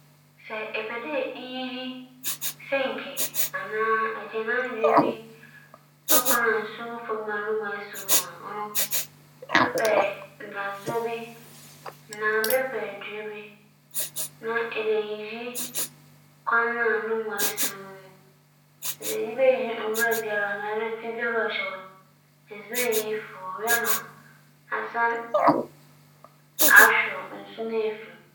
Sɛ bea mo nsu fa kͻ no siw anaa m'egyananbea no mu siw a, dza meyɛ nye dɛ, medze adze hyɛ me nsa ho bͻ me nsa ho ban na mubue do hwɛ adze a ͻwͻ mu. Sɛ ͻyɛ adze a mankasa mobotum m'eyiyi a, ͻno me yiyi no pɛpɛɛpɛ na mbom sɛ monnkotum a, ͻno mefrɛ obi ma ͻba bͻhwɛ na ͻyɛ ma me osiandɛ ͻno wͻ ho nyimdzee ntsi.